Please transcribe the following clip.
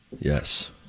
Yes